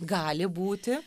gali būti